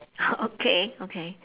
okay okay